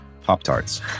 Pop-Tarts